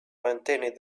maintained